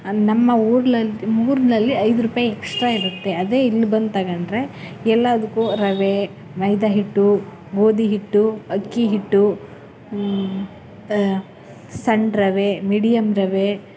ನಮ್ಮ ಊರಲ್ಲಿ ಊರಲ್ಲಿ ಐದು ರೂಪಾಯಿ ಎಕ್ಸ್ಟ್ರಾ ಇರುತ್ತೆ ಅದೇ ಇಲ್ಲಿ ಬಂದು ತಗೊಂಡ್ರೆ ಎಲ್ಲದಕ್ಕೂ ರವೆ ಮೈದಾ ಹಿಟ್ಟು ಗೋಧಿ ಹಿಟ್ಟು ಅಕ್ಕಿ ಹಿಟ್ಟು ಸಣ್ಣ ರವೆ ಮೀಡಿಯಮ್ ರವೆ